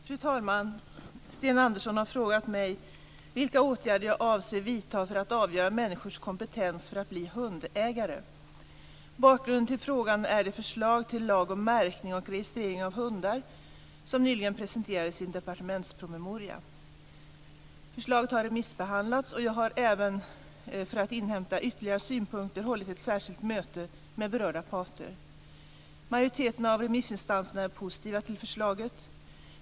Fru talman! Sten Andersson har frågat mig vilka åtgärder jag avser att vidta för att avgöra människors kompetens för att bli hundägare. Bakgrunden till frågan är det förslag till lag om märkning och registrering av hundar som nyligen presenterades i en departementspromemoria . Förslaget har remissbehandlats och jag har även för att inhämta ytterligare synpunkter hållit ett särskilt möte med berörda parter. Majoriteten av remissinstanserna är positiv till förslaget.